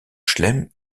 chelem